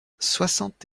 soixante